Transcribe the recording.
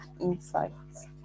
insights